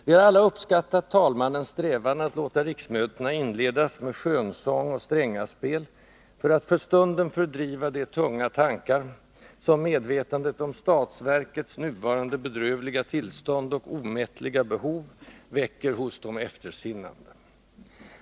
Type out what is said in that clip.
Vi har alla uppskattat talmannens strävan att låta riksmötena inledas med skönsång och strängaspel för att för stunden fördriva de tunga tankar som medvetandet om statsverkets nuvarande bedrövliga tillstånd och omättliga behov väcker hos de eftersinnande.